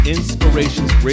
Inspirations